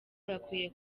bakwiye